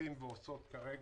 עושים ועושות בכלל